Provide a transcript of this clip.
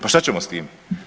Pa šta ćemo s time?